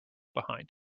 behind